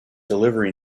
delivery